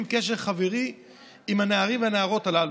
קשר חברי עם הנערים והנערות הללו,